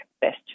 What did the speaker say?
best